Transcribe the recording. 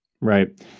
Right